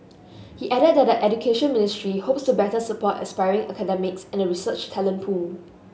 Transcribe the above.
he added that the Education Ministry hopes to better support aspiring academics and the research talent pool